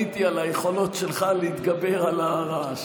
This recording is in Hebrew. פשוט בניתי על היכולות שלך להתגבר על הרעש,